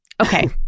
Okay